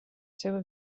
seva